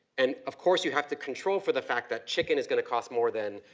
and of course you have to control for the fact that chicken is going to cost more than,